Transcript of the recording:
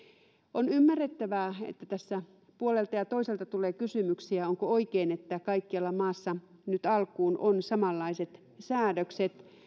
on ymmärrettävää että tässä puolelta ja toiselta tulee kysymyksiä onko oikein että kaikkialla maassa on nyt alkuun samanlaiset säädökset